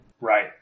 Right